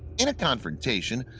in a confrontation,